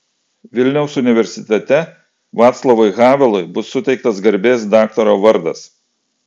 vilniaus universitete vaclavui havelui bus suteiktas garbės daktaro vardas